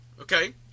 Okay